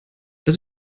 das